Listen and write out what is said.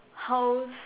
house